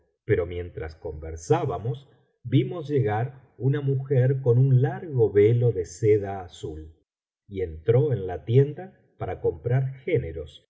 pero mientras conversábamos vimos llegar una mujer con un largo velo de seda azul y entró en la tienda para comprar géneros